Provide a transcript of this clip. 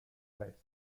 rest